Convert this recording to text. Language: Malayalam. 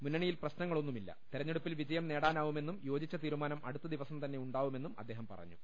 മുന്നണിയിൽ പ്രശ്നങ്ങളൊന്നുമില്ല തെരഞ്ഞെ ടുപ്പിൽ വിജയം നേടാനാവുമെന്നും യോജിച്ച തീരുമാനം അടുത്ത ദിവസം തന്നെ ഉണ്ടാവുമെന്നും അദ്ദേഹം പറഞ്ഞു